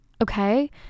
okay